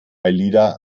alida